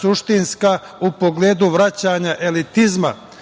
suštinska, u pogledu vraćanja elitizma